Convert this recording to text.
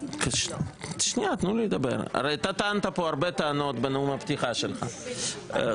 אתה טענת בנאום הפתיחה שלך הרבה טענות,